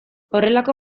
horrelako